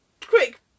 quick